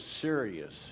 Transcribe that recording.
serious